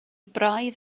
braidd